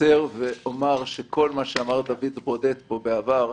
אקצר ואומר שעם כל מה שאמר דוד ברודט פה בעבר,